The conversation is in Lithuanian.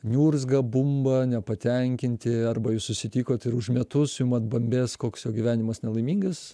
niurzga bumba nepatenkinti arba jūs susitikot ir už metus jum atbambės koks jo gyvenimas nelaimingas